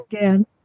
Again